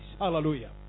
Hallelujah